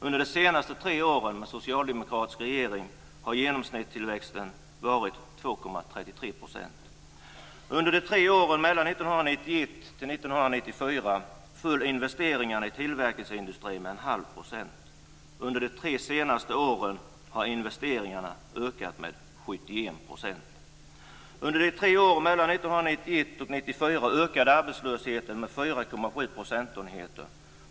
Under de senaste tre åren med socialdemokratisk regering har den genomsnittliga tillväxten varit 2,33 %. Under de tre åren 1991-1994 föll investeringarna i tillverkningsindustrin med 0,5 %. Under de tre senaste åren har investeringarna ökat med 71 %. Under de tre åren 1991-1994 ökade arbetslösheten med 4,7 procentenheter.